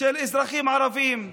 של אזרחים ערבים,